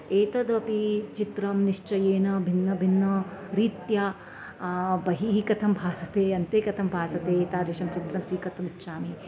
एतदपि चित्रं निश्चयेन भिन्न भिन्न रीत्या बहिः कथं भासते अन्ते कथं भासते एतादृशं चित्रं स्वीकर्तुम् इच्छामि